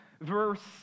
verse